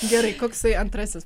gerai koksai antrasis